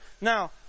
now